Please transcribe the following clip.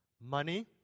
Money